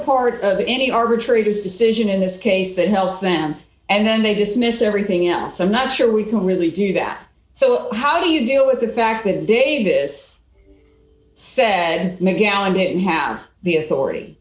part of the any arbitrary decision in this case that helps them and then they dismiss everything else i'm not sure we can really do that so how do you deal with the fact that davis said maybe alan didn't have the authority